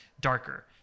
darker